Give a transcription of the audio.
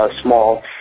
small